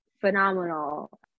phenomenal